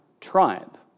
tribe